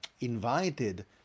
invited